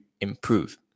improve